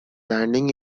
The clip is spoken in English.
landing